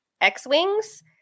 X-Wings